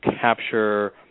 capture